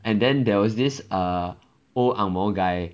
and then there was this err old ang moh guy